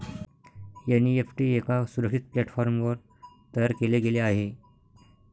NEFT एका सुरक्षित प्लॅटफॉर्मवर तयार केले गेले आहे